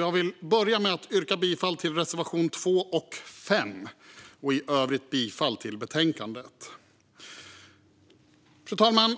Jag vill börja med att yrka bifall till reservationerna 2 och 5 och i övrigt till utskottets förslag i betänkandet. Fru talman!